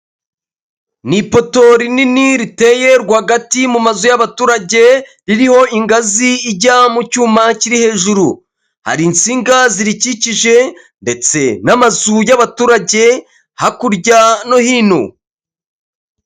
Ni ipoto rinini riteye rwagati mu mazu y'abaturage ririho ingazi ijya mu cyuma kiri hejuru, hari insinga zirikikije ndetse n'amazu y'abaturage hakurya no hino.